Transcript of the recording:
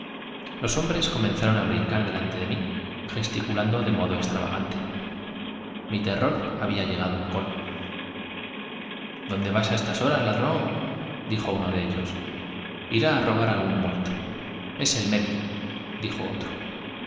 los hombres comen zaron á brincar delante de mí gesticulando de modo extra agante mi terror había llegado al colmo dónde vas á estas horas ladrón ele dijo uno ellos irá á robar á algún muerto es el médico otro